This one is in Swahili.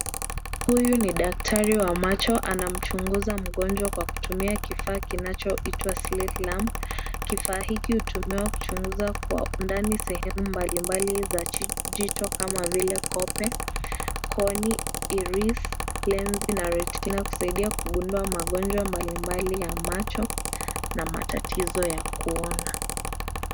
Huyu ni daktari wa macho anamchunguza mgonjwa kwa kutumia kifaa kinachoitwa slit lamp . Kifaa hiki hutumiwa kuchunguza kwa undani sehemu mbalimbali za jicho kama vile kope, koni, iris , lensi na retina kusaidia kugundua magonjwa mbalimbali ya macho na matatizo ya kuona.